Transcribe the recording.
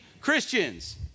christians